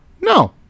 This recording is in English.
No